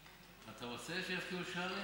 אתה רוצה שיבקיעו שערים?